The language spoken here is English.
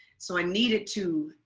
so i needed to